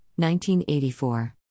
1984